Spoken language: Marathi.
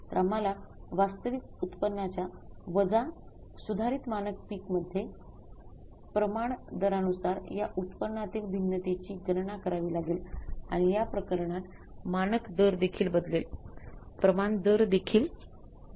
तर आम्हाला वास्तविक उत्पन्नाच्या वजा सुधारित मानक पीक मध्ये प्रमाणदरानुसार या उत्पन्नातील भिन्नतेची गणना करावी लागेल आणि या प्रकरणात मानक दरदेखील बदलेल प्रमाण दर देखील बदलेल